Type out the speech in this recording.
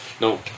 No